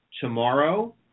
Tomorrow